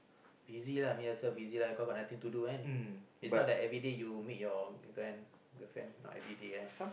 busy lah make yourself busy lah because you got nothing to do right is not that everyday you meet your girlfriend girlfriend not everyday one